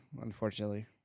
unfortunately